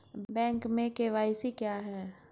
Bank में KYC क्या है?